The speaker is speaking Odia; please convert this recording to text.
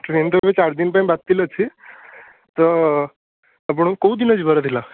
ଟ୍ରେନ୍ ତ ଏବେ ଚାରିଦିନ ପାଇଁ ବାତିଲ୍ ଅଛି ତ ଆପଣଙ୍କୁ କେଉଁଦିନ ଯିବାର ଥିଲା